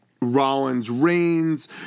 Rollins-Reigns